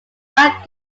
not